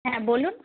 হ্যাঁ বলুন